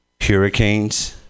hurricanes